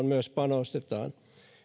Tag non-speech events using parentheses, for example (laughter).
(unintelligible) myös talvikunnossapitoon panostetaan